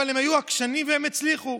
אבל הם היו עקשנים והם הצליחו.